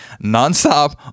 nonstop